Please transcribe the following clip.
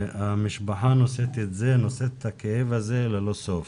המשפחה נושאת את הכאב הזה ללא סוף.